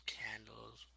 candles